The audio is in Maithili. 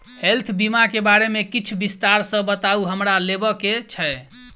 हेल्थ बीमा केँ बारे किछ विस्तार सऽ बताउ हमरा लेबऽ केँ छयः?